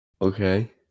Okay